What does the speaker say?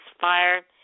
fire